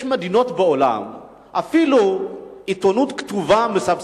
יש מדינות בעולם שבהן אפילו עיתונות כתובה מסבסדים.